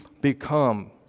become